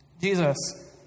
Jesus